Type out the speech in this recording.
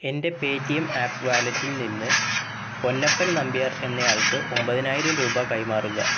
എൻ്റെ Paytm app വാലറ്റിൽ നിന്ന് പൊന്നപ്പൻ നമ്പ്യാർ എന്നയാൾക്ക് ഒമ്പതിനായിരം രൂപ കൈമാറുക